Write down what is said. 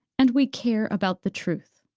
and we care about the truth.